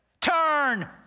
turn